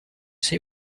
say